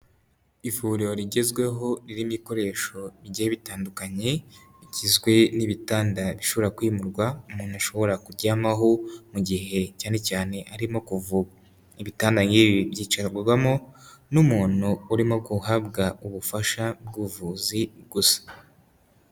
Ivuriro rigezweho ririmo ikoresho biigiye bitandukanye rigizwe n'ibitanda bishobora kwimurwa umuntu ashobora kuryamaho mu gihe cyane cyane arimo kuvurwa, ibitanda nk'ibi byicarwagamo n'umuntu urimo guhabwa ubufasha bw'ubuvuzi gusa.